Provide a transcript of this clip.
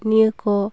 ᱱᱤᱭᱟᱹ ᱠᱚ